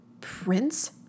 Prince